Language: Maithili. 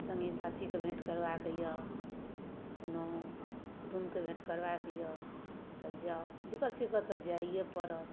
सङ्गी साथीके भेँट करबाके अइ कोनो कुटुमके भेँट करबाके अइ तऽ जाउ दिक्कत सिक्कत तऽ जाइए पड़त